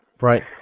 Right